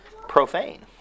profane